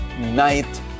night